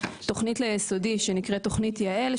תוכנית ליסודי שנקראת: תוכנית יעל,